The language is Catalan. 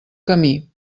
camí